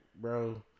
bro